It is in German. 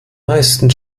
meisten